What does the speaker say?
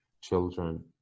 children